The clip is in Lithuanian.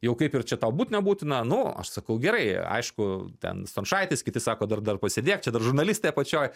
jau kaip ir čia tau būtina būt na nu aš sakau gerai aišku ten stončaitis kiti sako dar dar pasėdėk čia dar žurnalistė apačioj